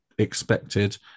expected